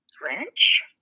French